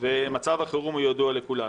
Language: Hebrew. ומצב החירום הידוע לכולנו.